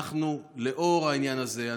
לאור העניין הזה,